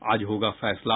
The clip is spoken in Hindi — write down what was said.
आज होगा फैसला